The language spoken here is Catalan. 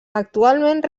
actualment